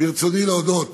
ברצוני להודות